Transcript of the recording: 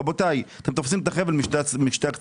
רבותיי, אתם תופסים את החבל משני הקצוות.